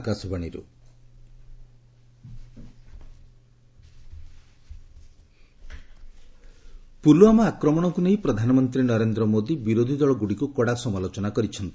ଏକତା ଦିବସ ପୁଲଓ୍ୱାମା ଆକ୍ରମଣକୁ ନେଇ ପ୍ରଧାନମନ୍ତ୍ରୀ ନରେନ୍ଦ୍ର ମୋଦୀ ବିରୋଧୀ ଦଳଗୁଡିକୁ କଡା ସମାଲୋଚନା କରିଛନ୍ତି